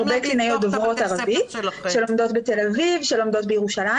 הרבה קלינאיות דוברות ערבית שלומדות בתל אביב ובירושלים,